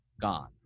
gone